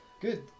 Good